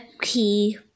key